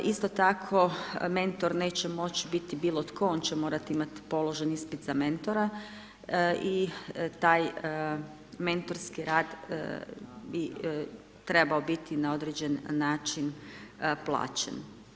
Isto tako mentor neće moći biti bilo tko on će morat imat položen ispit za mentora i taj mentorski rad bi trebao biti na određen način plaćen.